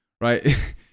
Right